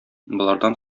болардан